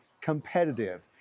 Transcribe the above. competitive